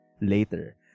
later